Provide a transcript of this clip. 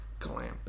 Glamping